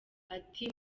ati